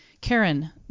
Karen